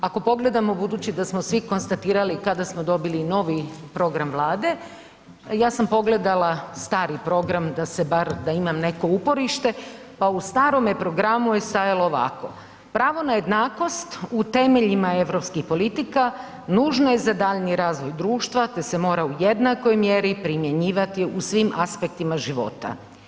Ako pogledamo budući da smo svi konstatirali kada smo dobili novi program Vlade, ja sam pogledala stari program da se bar, da imam neko uporište, pa u starome programu je stajalo ovako: Pravo na jednakost u temeljima europskih politika nužno je za daljnji razvoj društva te se mora u jednakoj mjeri primjenjivati u svim aspektima života.